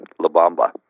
Labamba